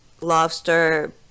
lobster